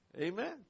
Amen